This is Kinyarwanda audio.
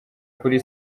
kuri